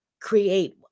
create